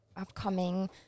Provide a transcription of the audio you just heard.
upcoming